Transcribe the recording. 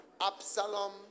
Absalom